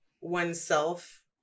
oneself